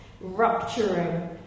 rupturing